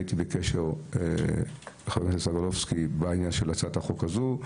היה איתי בקשר לגבי הצעת החוק הזאת,